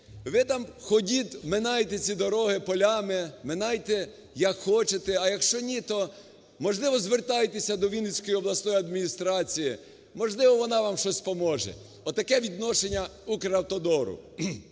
Ви там ходіть, минайте ці дороги полями, минайте, як хочете, а якщо ні, то, можливо, звертайтесь до Вінницької обласної адміністрації, можливо, вона вам щось поможе – отаке відношення "Укравтодору".